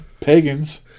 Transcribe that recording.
pagans